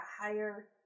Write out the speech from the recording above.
higher